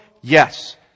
Yes